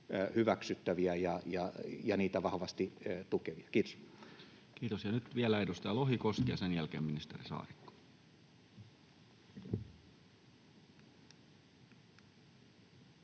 hyväksyttäviä ja sen vahvasti tukemia. — Kiitos. Kiitos. — Ja nyt vielä edustaja Lohikoski ja sen jälkeen ministeri Saarikko.